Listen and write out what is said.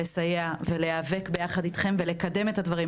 לסייע ולהיאבק ביחד אתכם כדי לקדם את הדברים.